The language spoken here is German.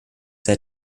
sei